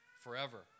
forever